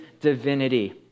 divinity